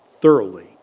thoroughly